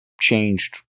changed